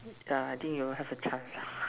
uh I think you'll have a chance lah